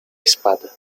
espada